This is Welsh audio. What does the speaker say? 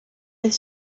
oedd